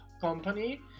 company